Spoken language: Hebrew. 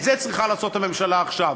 את זה צריכה לעשות הממשלה עכשיו.